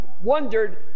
wondered